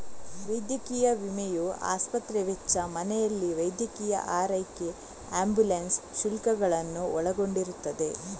ವೈದ್ಯಕೀಯ ವಿಮೆಯು ಆಸ್ಪತ್ರೆ ವೆಚ್ಚ, ಮನೆಯಲ್ಲಿ ವೈದ್ಯಕೀಯ ಆರೈಕೆ ಆಂಬ್ಯುಲೆನ್ಸ್ ಶುಲ್ಕಗಳನ್ನು ಒಳಗೊಂಡಿರುತ್ತದೆ